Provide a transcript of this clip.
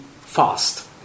fast